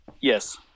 Yes